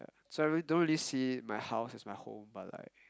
so I real~ don't really see my house as my home but like